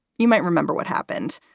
you might remember what happened.